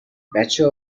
بچه